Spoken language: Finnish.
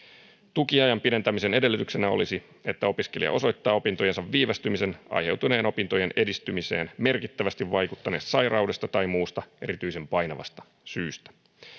tukiajan pidentämisen edellytyksenä olisi että opiskelija osoittaa opintojensa viivästymisen aiheutuneen opintojen edistymiseen merkittävästi vaikuttaneesta sairaudesta tai muusta erityisen painavasta syystä